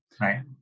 right